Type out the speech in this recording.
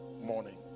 morning